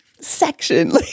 section